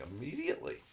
immediately